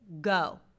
go